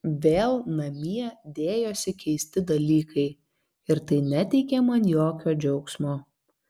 vėl namie dėjosi keisti dalykai ir tai neteikė man jokio džiaugsmo